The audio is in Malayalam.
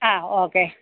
ആഹ് ഓക്കെ